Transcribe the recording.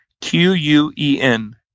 Q-U-E-N